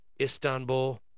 Istanbul